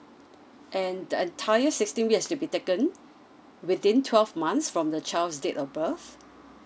and the entire sixteen weeks has to be taken within twelve months from the child's date of birth